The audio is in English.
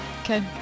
Okay